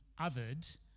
othered